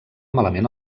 malament